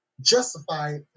justify